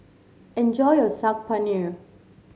enjoy your Saag Paneer